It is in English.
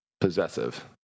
possessive